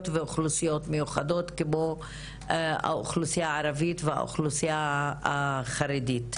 ואוכלוסיות מיוחדות כמו האוכלוסייה הערבית והאוכלוסייה החרדית,